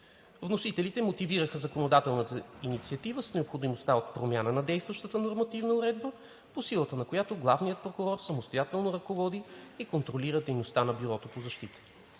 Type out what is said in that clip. Вносителите мотивират законодателната инициатива с необходимостта от промяна на действащата нормативна уредба, по силата на която главният прокурор самостоятелно ръководи и контролира дейността на Бюрото по защита.